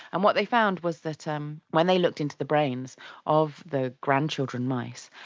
and what they found was that um when they looked into the brains of the grandchildren mice,